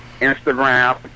Instagram